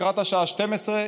לקראת השעה 12:00,